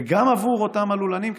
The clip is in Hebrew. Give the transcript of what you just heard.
וגם יהיו עבור אותם הלולנים,